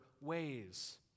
ways